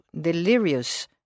delirious